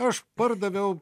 aš pardaviau